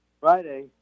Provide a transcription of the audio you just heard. Friday